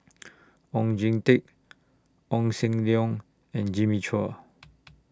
Oon Jin Teik Oon Seng Leong and Jimmy Chua